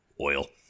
Oil